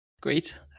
Great